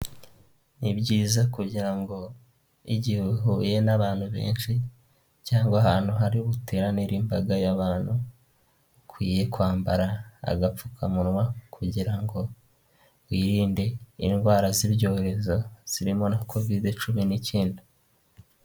Ni byiza kugira ngo igihe uhuye n'abantu benshi, cyangwa ahantu hari buteranire imbaga y'abantu, ukwiye kwambara agapfukamunwa kugira ngo wirinde indwara z'ibyorezo zirimo na kovide cumi n'icyenda.